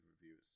reviews